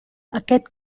aquest